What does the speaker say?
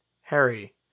Harry